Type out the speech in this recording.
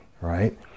right